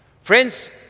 Friends